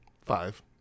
five